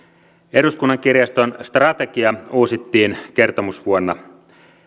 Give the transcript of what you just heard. eduskunnan kirjaston strategia uusittiin kertomusvuonna